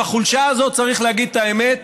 החולשה הזאת, צריך להגיד את האמת,